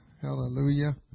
Hallelujah